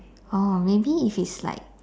orh maybe if it's like